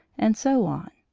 and so on.